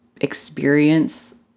experience